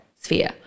sphere